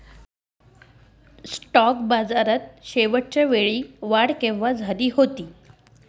Stock बाजारात शेवटच्या वेळी वाढ केव्हा झाली होती?